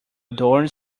door